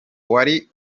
wari